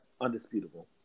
undisputable